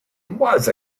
was